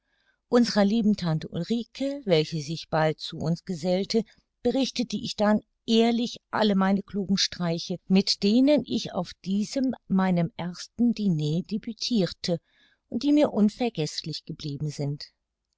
lieben tante ulrike welche sich bald zu uns gesellte beichtete ich dann ehrlich alle meine klugen streiche mit denen ich auf diesem meinem ersten diner debütirte und die mir unvergeßlich geblieben sind